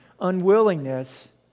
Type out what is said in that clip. unwillingness